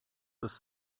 these